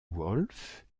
wolff